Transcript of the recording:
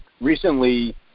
recently